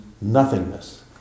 nothingness